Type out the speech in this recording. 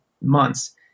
months